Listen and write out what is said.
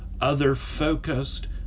other-focused